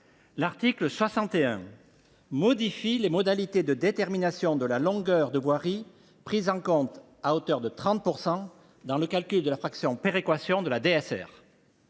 L’article 61 du PLF modifie les modalités de détermination de la longueur de voirie prise en compte, à hauteur de 30 %, dans le calcul de la fraction « péréquation » de la DSR.